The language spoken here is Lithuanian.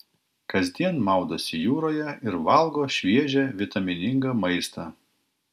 kasdien maudosi jūroje ir valgo šviežią vitaminingą maistą